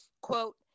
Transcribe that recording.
Quote